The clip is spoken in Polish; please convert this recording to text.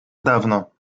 dawno